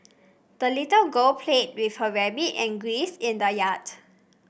the little girl played with her rabbit and geese in the yard